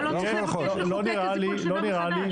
אבל לא צריך לבקש לחוקק את זה כל שנה מחדש.